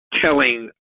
telling